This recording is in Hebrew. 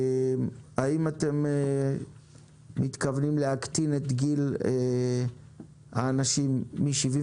האם אתם מתכוונים להקטין את גיל האנשים מ-75